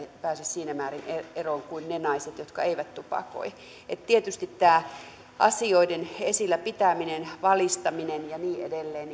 pääse siinä määrin eroon kuin ne naiset jotka eivät tupakoi minä näkisin että tietysti tähän asioiden esillä pitämiseen valistamiseen ja niin edelleen